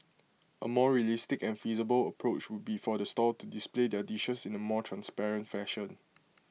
A more realistic and feasible approach would be for the stall to display their dishes in A more transparent fashion